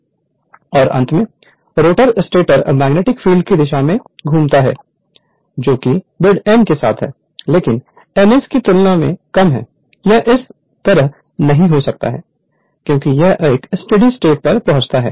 और अंत में रोटर स्टेटर मैग्नेटिक फील्ड की दिशा में घूमता है जो कि बीड n के साथ है लेकिन n s की तुलना में कम है यह इस तरह नहीं हो सकता है क्योंकि यह एक स्टडी स्टेट पर पहुंचता है